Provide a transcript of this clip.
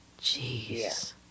Jeez